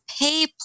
pay